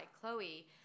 Chloe